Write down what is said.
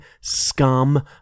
scum